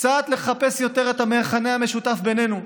קצת לחפש יותר את המכנה המשותף בינינו,